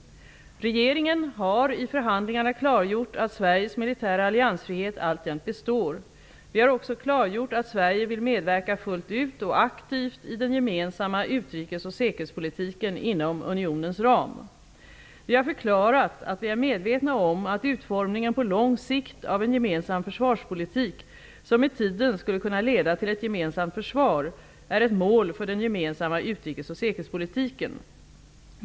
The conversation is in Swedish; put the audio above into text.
Regeringen har i förhandlingarna klargjort att Sveriges militära alliansfrihet alltjämt består. Vi har också klargjort att Sverige vill medverka fullt ut och aktivt i den gemensamma utrikes och säkerhetspolitiken inom unionens ram. Vi har förklarat att vi är medvetna om att utformningen på lång sikt av en gemensam försvarspolitik, som med tiden skulle kunna leda till ett gemensamt försvar, är ett mål för den gemensamma utrikes och säkerhetspolitiken.